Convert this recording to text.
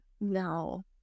No